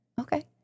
okay